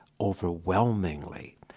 overwhelmingly